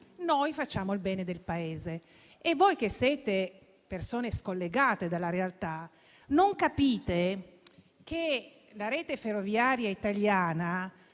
noi facciamo il bene del Paese. Voi, che siete persone scollegate dalla realtà, non capite che la rete ferroviaria italiana